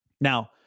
Now